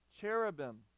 cherubim